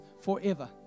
forever